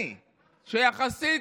אני, שיחסית,